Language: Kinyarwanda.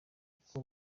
uko